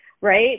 right